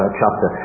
chapter